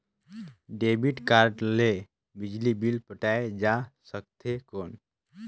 Debit card ले बिजली bill पटाय जा सकथे कौन?